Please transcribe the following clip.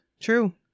true